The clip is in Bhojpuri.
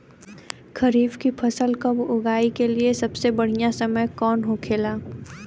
खरीफ की फसल कब उगाई के लिए सबसे बढ़ियां समय कौन हो खेला?